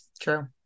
True